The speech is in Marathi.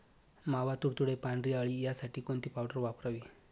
मावा, तुडतुडे, पांढरी अळी यासाठी कोणती पावडर वापरावी?